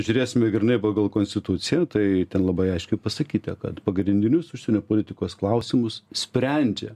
žiūrėsime grynai pagal konstituciją tai ten labai aiškiai pasakyta kad pagrindinius užsienio politikos klausimus sprendžia